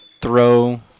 throw